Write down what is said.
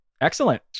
Excellent